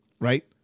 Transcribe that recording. right